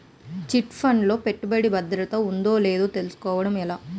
Chit fund లో పెట్టుబడికి భద్రత ఉందో లేదో తెలుసుకోవటం ఎలా?